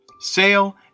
Sail